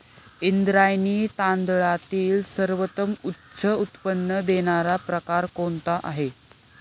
इंद्रायणी तांदळातील सर्वोत्तम उच्च उत्पन्न देणारा प्रकार कोणता आहे?